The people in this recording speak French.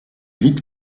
vite